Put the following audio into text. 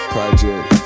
Project